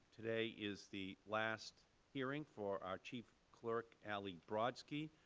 today is the last hearing for our chief clerk, ali brodsky.